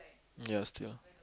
ya still